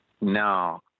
No